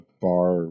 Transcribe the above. bar